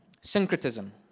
syncretism